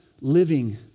living